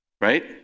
Right